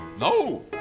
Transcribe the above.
No